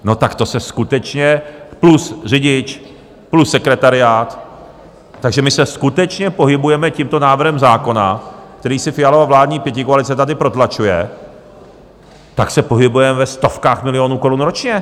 No, tak to se skutečně plus řidič, plus sekretariát takže my se skutečně pohybujeme tímto návrhem zákona, který si Fialova vládní pětikoalice tady protlačuje, tak se pohybujeme ve stovkách milionů korun ročně.